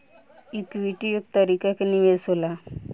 equity एक तरीका के निवेश होला